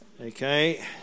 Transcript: okay